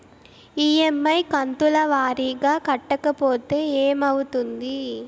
EMI కంతుల వారీగా కట్టకపోతే ఏమవుతుంది?